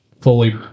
fully